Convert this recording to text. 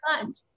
lunch